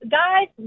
guys